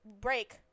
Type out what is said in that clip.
break